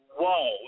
Whoa